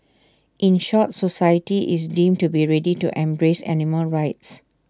in short society is deemed to be ready to embrace animal rights